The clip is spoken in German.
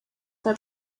der